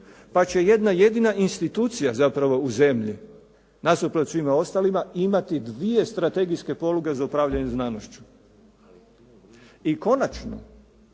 pa će jedna jedina institucija zapravo u zemlji nasuprot svima ostalima imati dvije strategijske poluge za upravljanje znanošću. I konačno,